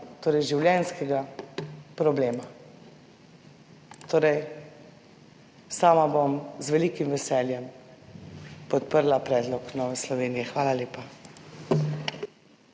torej življenjskega problema. Sama bom z velikim veseljem podprla predlog Nove Slovenije. Hvala lepa.